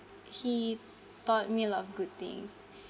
he taught me a lot of good things